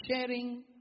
sharing